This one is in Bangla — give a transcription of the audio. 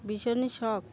ভীষণ শখ